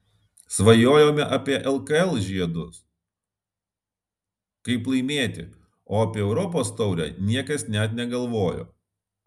svajojome apie lkl žiedus kaip laimėti o apie europos taurę niekas net negalvojo